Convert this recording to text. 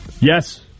Yes